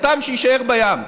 סתם שיישאר בים,